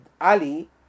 Ali